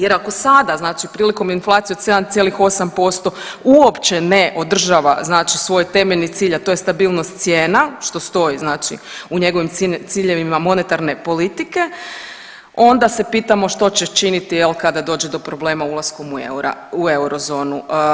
Jer ako sada znači prilikom inflacije od 7,8% uopće ne održava znači svoj temeljni cilj a to je stabilnost cijena što stoji znači u njegovim ciljevima monetarne politike, onda se pitamo što će činiti kada dođe do problema ulaskom u eurozonu.